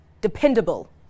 dependable